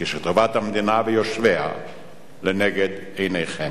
כשטובת המדינה ויושביה לנגד עיניכם.